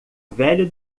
velho